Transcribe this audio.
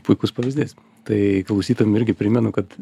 puikus pavyzdys tai klausytojam irgi primenu kad